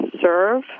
serve